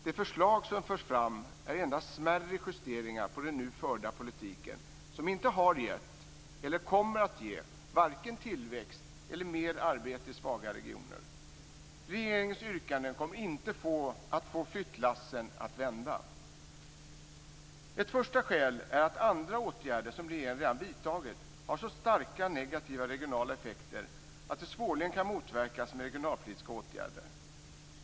Men de förslag som förs fram är endast smärre justeringar av den nu förda politiken, som inte har gett och inte kommer att ge vare sig tillväxt eller mer arbete i svaga regioner. Regeringens yrkanden kommer inte att få flyttlassen att vända. Ett första skäl till detta är att andra åtgärder som regeringen redan vidtagit har så starka negativa regionala effekter att de svårligen kan motverkas med regionalpolitiska åtgärder.